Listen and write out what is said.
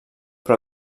però